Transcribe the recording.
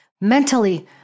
mentally